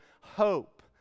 hope